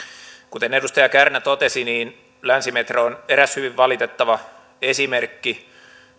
kuten edustaja kärnä totesi länsimetro on eräs hyvin valitettava esimerkki